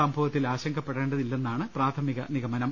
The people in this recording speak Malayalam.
സംഭവത്തിൽ ആശങ്കപ്പെടേണ്ടതില്ലെന്നാണ് പ്രാഥമിക നിഗമനം